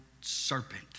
serpent